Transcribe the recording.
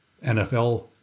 NFL